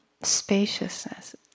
spaciousness